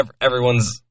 everyone's